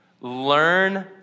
Learn